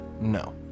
no